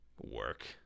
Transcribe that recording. work